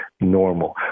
normal